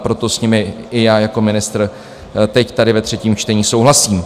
Proto s nimi i jako ministr teď tady ve třetím čtení souhlasím.